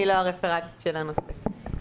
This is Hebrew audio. אני לא הרפרנטית של הנושא הזה.